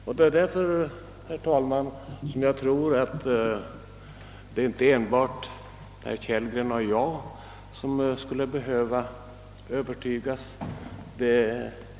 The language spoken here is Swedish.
Jag tror, herr talman, att det inte enbart är herr Kellgren och jag som skulle behöva övertygas.